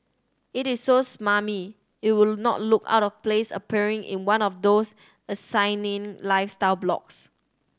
it is so smarmy it would not look out of place appearing in one of those asinine lifestyle blogs